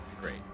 Great